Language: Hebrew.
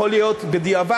יכול להיות שבדיעבד,